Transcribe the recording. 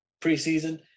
preseason